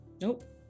Nope